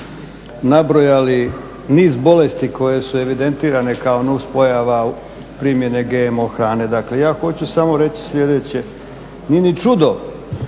niz bolesti koje su evidentirane kao nuspojava primjene GMO hrane. Dakle ja hoću samo reći sljedeće, nije ni čudo